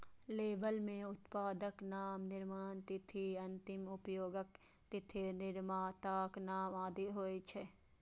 label मे उत्पादक नाम, निर्माण तिथि, अंतिम उपयोगक तिथि, निर्माताक नाम आदि होइ छै